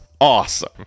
awesome